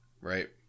right